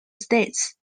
states